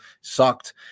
sucked